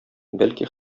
бәлки